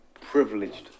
privileged